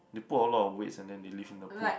they put a lot of weights and then they lift in the pool